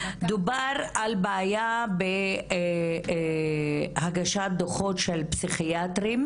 דובר על בעיה בהגשת דוחות של פסיכיאטרים.